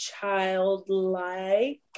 childlike